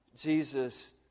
Jesus